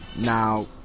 Now